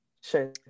Sure